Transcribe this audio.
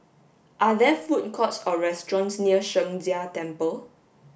are there food courts or restaurants near Sheng Jia Temple